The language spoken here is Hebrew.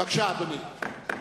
בבקשה, אדוני.